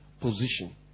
position